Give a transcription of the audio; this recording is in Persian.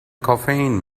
کافئین